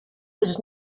was